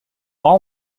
all